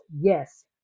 yes